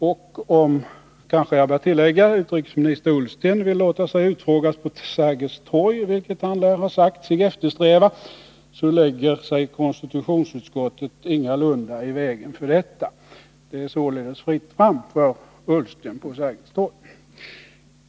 Jag kanske också bör tillägga att om utrikesminister Ullsten vill låta sig utfrågas på Sergels torg, vilket han lär ha sagt sig eftersträva, så lägger sig konstitutionsutskottet ingalunda i vägen för detta. Det är således fritt fram för Ola Ullsten på Sergels torg.